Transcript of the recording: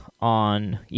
on